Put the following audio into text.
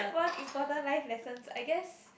one important life lesson I guess